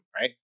right